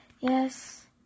Yes